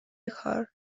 کار